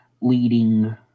leading